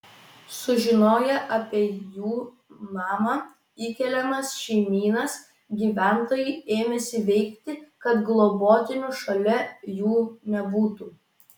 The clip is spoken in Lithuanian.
sužinoję apie į jų namą įkeliamas šeimynas gyventojai ėmėsi veikti kad globotinių šalia jų nebūtų